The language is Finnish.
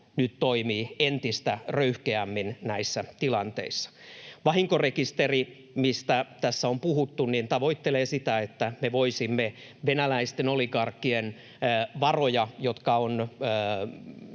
nyt toimii, entistä röyhkeämmin, näissä tilanteissa. Vahinkorekisteri, mistä tässä on puhuttu, tavoittelee sitä, että me voisimme venäläisten oligarkkien varoja, jotka on